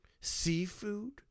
Seafood